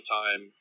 time